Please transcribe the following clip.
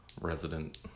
resident